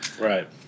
Right